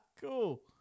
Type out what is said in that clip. cool